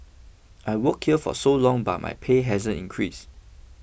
I've worked here for so long but my pay hasn't increased